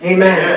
Amen